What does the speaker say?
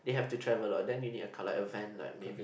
they have to travel a lot then you need a collect a van like maybe